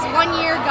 one-year